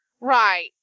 Right